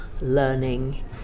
learning